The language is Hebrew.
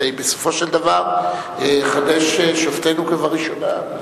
בסופו של דבר, חדש שופטינו כבראשונה.